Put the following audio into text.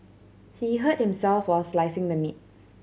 he hurt himself while slicing the meat